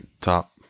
top